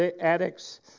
addicts